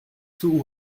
too